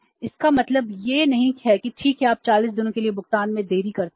इसका मतलब यह नहीं है कि ठीक है आप 40 दिनों के लिए भुगतान में देरी करते हैं